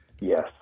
Yes